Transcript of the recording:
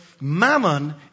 mammon